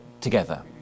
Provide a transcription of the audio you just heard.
together